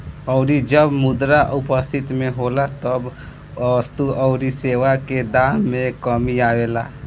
अउरी जब मुद्रा अपस्थिति में होला तब वस्तु अउरी सेवा के दाम में कमी आवेला